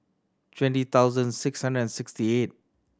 twenty thousand six hundred and sixty eight